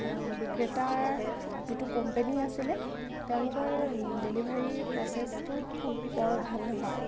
বিক্ৰেতাৰ যিটো কোম্পেনী আছিল তেওঁলোকৰ ডেলিভাৰী প্ৰচেচটো খুব বৰ ভাল নহয়